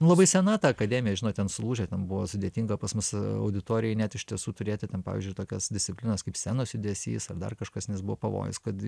nu labai sena ta akademija žinot ten sulūžę ten buvo sudėtinga pas mus auditorijoj net iš tiesų turėti tam pavyzdžiui tokias disciplinas kaip scenos judesys ar dar kažkas nes buvo pavojus kad